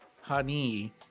honey